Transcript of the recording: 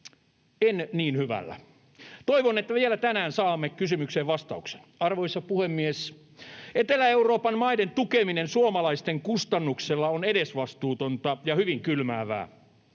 kovin hyvällä. Toivon, että vielä tänään saamme kysymykseen vastauksen. Arvoisa puhemies! Etelä-Euroopan maiden tukeminen suomalaisten kustannuksella on edesvastuutonta ja hyvin kylmäävää.